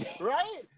Right